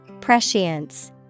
Prescience